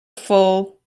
fool